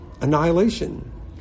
annihilation